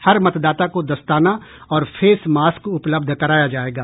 हर मतदाता को दस्ताना और फेस मास्क उपलब्ध कराया जायेगा